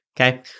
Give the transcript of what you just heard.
Okay